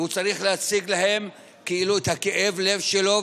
והוא צריך להציג להם את כאב הלב שלו,